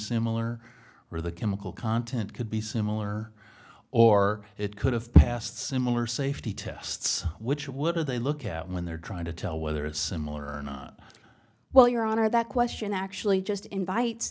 similar where the chemical content could be similar or it could have passed similar safety tests which would they look at when they're trying to tell whether it's similar or not well your honor that question actually just invite